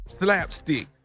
Slapstick